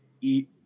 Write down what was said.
eat